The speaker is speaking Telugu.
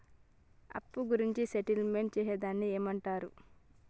అప్పు గురించి సెటిల్మెంట్ చేసేదాన్ని ఏమంటరు?